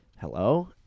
hello